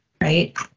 right